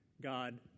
God